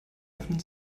öffnen